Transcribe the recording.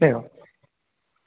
एवं